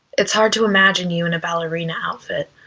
it's hard to imagine you in a ballerina outfit.